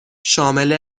شامل